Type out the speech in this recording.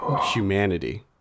Humanity